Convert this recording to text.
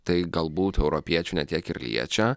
tai galbūt europiečių ne tiek ir liečia